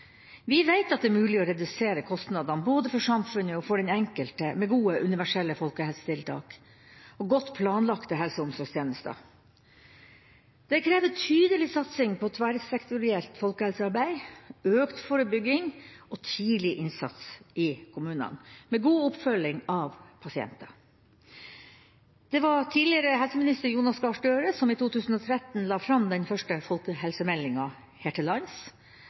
Vi vet det er mulig å redusere kostnadene, både for samfunnet og for den enkelte, med gode, universelle folkehelsetiltak og godt planlagte helse- og omsorgstjenester. Dette krever tydelig satsing på tverrsektorielt folkehelsearbeid, økt forebygging og tidlig innsats i kommunene, med god oppfølging av pasientene. Det var tidligere helseminister Jonas Gahr Støre som i 2013 la fram den første folkehelsemeldinga her til lands,